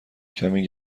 کمی